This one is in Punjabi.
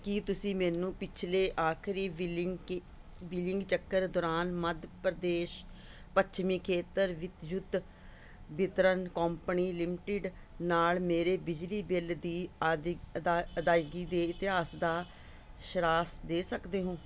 ਕੀ ਤੁਸੀਂ ਮੈਨੂੰ ਪਿਛਲੇ ਆਖਰੀ ਬਿਲਿੰਗ ਕੀ ਬਿਲਿੰਗ ਚੱਕਰ ਦੌਰਾਨ ਮੱਧ ਪ੍ਰਦੇਸ਼ ਪੱਛਮੀ ਖੇਤਰ ਵਿਦਯੁਤ ਵਿਤਰਨ ਕੰਪਨੀ ਲਿਮਟਿਡ ਨਾਲ ਮੇਰੇ ਬਿਜਲੀ ਬਿੱਲ ਦੀ ਅਦ ਅਦਾ ਅਦਾਇਗੀ ਦੇ ਇਤਿਹਾਸ ਦਾ ਸਾਰਾਂਸ਼ ਦੇ ਸਕਦੇ ਹੋ